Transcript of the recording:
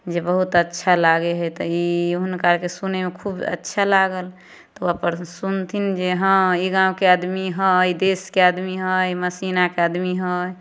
जे बहुत अच्छा लागै हइ तऽ ई हुनकाके सुनयमे खूब अच्छा लागल तऽ ओ अपन सुनथिन जे हँ ई गाँवके आदमी हइ ई देशके आदमी हइ मसीनाके आदमी हइ